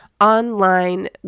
online